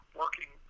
working